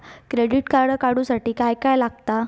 Credit card काढूसाठी काय काय लागत?